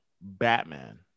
Batman